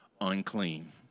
unclean